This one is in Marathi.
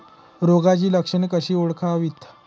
रोगाची लक्षणे कशी ओळखावीत?